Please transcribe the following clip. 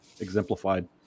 exemplified